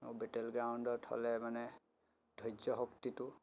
আৰু বিটেল গ্ৰাউণ্ডত হ'লে মানে ধৈৰ্য শক্তিটো